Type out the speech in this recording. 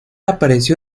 apareció